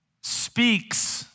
speaks